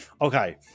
Okay